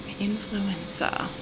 influencer